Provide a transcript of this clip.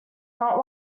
not